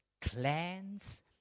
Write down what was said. clans